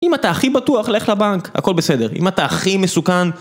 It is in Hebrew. אם אתה הכי בטוח לך לבנק, הכל בסדר. אם אתה הכי מסוכן...